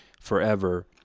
forever